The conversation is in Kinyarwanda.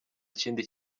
kindi